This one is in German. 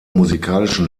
musikalischen